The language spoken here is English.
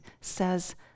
says